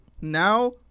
Now